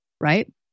right